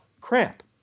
cramp